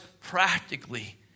practically